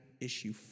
Issue